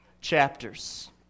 chapters